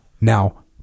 Now